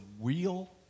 real